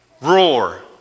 roar